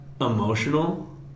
emotional